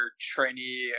trainee